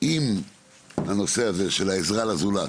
אם הנושא הזה של העזרה לזולת,